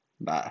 Bye